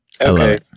Okay